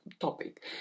topic